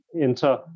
enter-